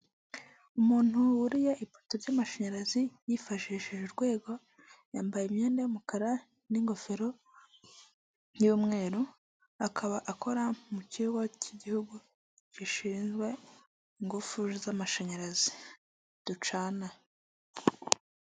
Umuntu wuriye ipoto ry'amashanyarazi yifashishije urwego, yambaye imyenda y'umukara n'ingofero by'umweru, akaba akora mu kigo k'igihugu gishinzwe ingufu z'amashanyarazi ducana.